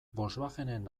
volkswagenen